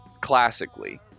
classically